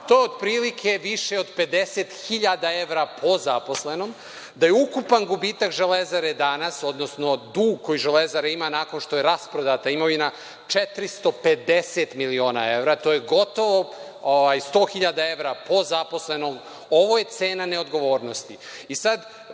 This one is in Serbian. To je otprilike više od 50.000 evra po zaposlenom, da je ukupan gubitak „Železare“ danas, odnosno dug koji „Železara“ ima nakon što je rasprodata imovina 450 miliona evra. To je gotovo 100.000 evra po zaposlenom. Ovo je cena neodgovornosti. Sad,